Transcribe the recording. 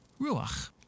ruach